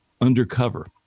undercover